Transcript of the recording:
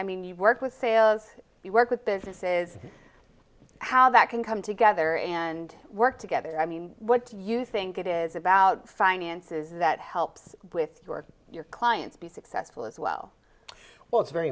i mean you work with sales you work with business is how that can come together and work together i mean what do you think it is about finances that helps with you or your clients be successful as well well it's very